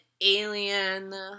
alien